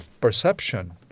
perception